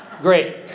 Great